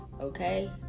okay